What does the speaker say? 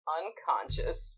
unconscious